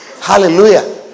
Hallelujah